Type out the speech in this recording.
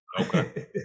okay